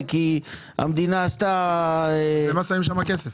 כי המדינה עשתה --- לא שמים שם כסף.